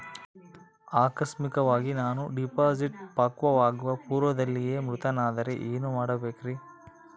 ಆಕಸ್ಮಿಕವಾಗಿ ನಾನು ಡಿಪಾಸಿಟ್ ಪಕ್ವವಾಗುವ ಪೂರ್ವದಲ್ಲಿಯೇ ಮೃತನಾದರೆ ಏನು ಮಾಡಬೇಕ್ರಿ?